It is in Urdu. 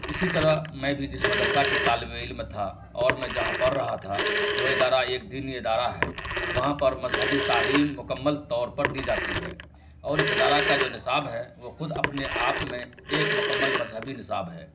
اسی طرح میں بھی جس مدرسہ کی طالب علم تھا اور میں جہاں پڑھ رہا تھا وہ ادارہ ایک دینی ادارہ ہے وہاں پر مذہبی تعلیم مکمل طور پر دی جاتی ہے اور اس ادارہ کا جو نصاب ہے وہ خود اپنے آپ میں ایک مکمل مذہبی نصاب ہے